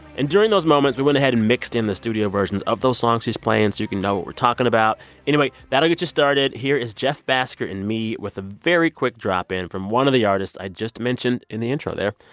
and during those moments, we went ahead and mixed in the studio versions of those songs he's playing so you can know what we're talking about anyway, that'll get you started. here is jeff bhasker and me with a very quick drop-in from one of the artists i just mentioned in the intro there.